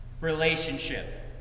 relationship